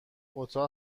اتاق